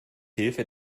hilfe